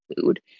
food